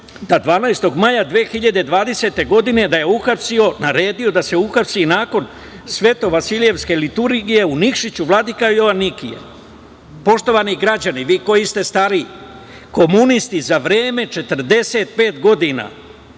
12. maja 2020. godine da je uhapsio, naredio da se uhapsi, nakon Svetovasiljevske liturgije u Nikšiću vladika Joanikije. Poštovani građani, vi koji ste stariji, komunisti za 45 godina